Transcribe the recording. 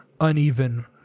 uneven